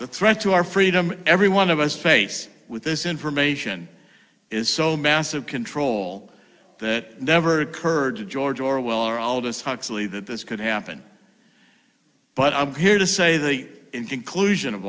the threat to our freedom every one of us face with this information is so massive control that never occurred to george orwell or all of us huxley that this could happen but i'm here to say the conclusion of